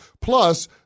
Plus